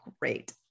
great